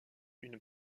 une